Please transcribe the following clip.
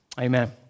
Amen